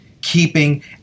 keeping